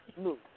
move